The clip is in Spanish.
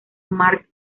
mark